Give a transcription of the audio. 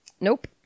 Nope